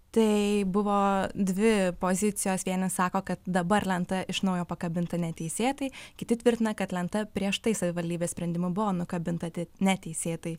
tai buvo dvi pozicijos vieni sako kad dabar lenta iš naujo pakabinta neteisėtai kiti tvirtina kad lenta prieš tai savivaldybės sprendimu buvo nukabinta te neteisėtai